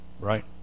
right